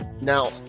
Now